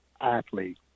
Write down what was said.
athlete